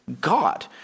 God